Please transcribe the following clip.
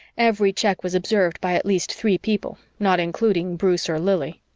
every check was observed by at least three people, not including bruce or lili.